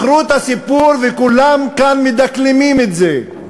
מכרו את הסיפור וכולם כאן מדקלמים את זה.